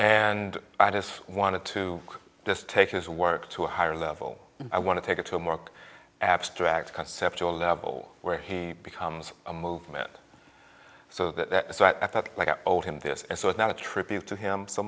and i just wanted to just take his work to a higher level i want to take it to him work abstract concept to a level where he becomes a movement so that so i thought like i told him this and so it's not a tribute to him so